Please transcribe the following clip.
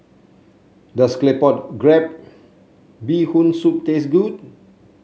does Claypot Crab Bee Hoon Soup taste good